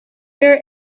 bear